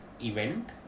event